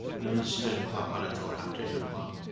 noticed you didn't clock out until after eight o'clock.